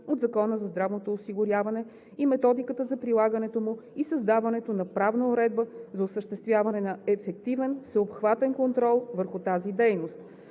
от Закона за здравното осигуряване и методиката за прилагането му и създаването на правна уредба за осъществяване на ефективен всеобхватен контрол върху тази дейност.